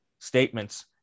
statements